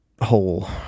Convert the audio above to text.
whole